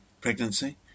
pregnancy